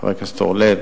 חבר הכנסת אורלב,